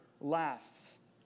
lasts